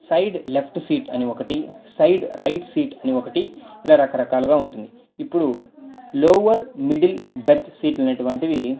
side left seat అని ఒకటి side right seat అని ఒకటి ఇలా రకరకాలుగా ఉంటుంది ఇప్పుడు లోవర్ మిడిల్ బెర్త్ సీట్లు అనేటువంటివి